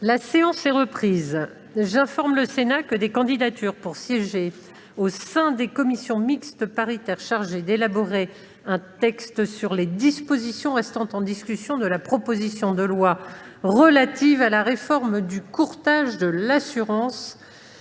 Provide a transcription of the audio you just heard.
La séance est reprise. J'informe le Sénat que des candidatures pour siéger au sein des commissions mixtes paritaires chargées d'élaborer un texte sur les dispositions restant en discussion de la proposition de loi relative à la réforme du courtage de l'assurance